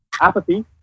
Apathy